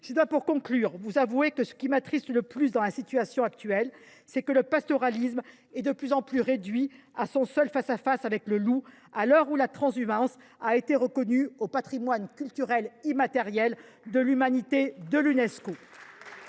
je dois vous avouer ce qui m’attriste le plus dans la situation actuelle : que le pastoralisme soit toujours plus réduit à son face à face avec le loup, à l’heure où la transhumance a été reconnue au patrimoine culturel immatériel de l’humanité de l’Unesco.